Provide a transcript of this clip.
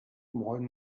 moin